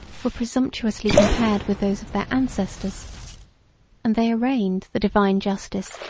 were presumptuously compared with those of their ancestors and they arraigned the divine justice,